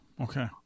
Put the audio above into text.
Okay